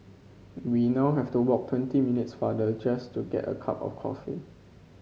we now have to walk twenty minutes farther just to get a cup of coffee